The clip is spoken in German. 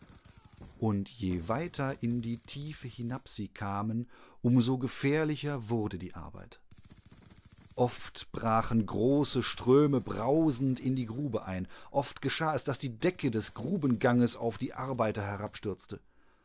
und je weiter in die tiefe hinab sie kamen um so gefährlicher wurde die arbeit oft brachen große ströme brausend in die grube ein oft geschah es daß die decke des grubenganges auf die